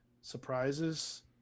surprises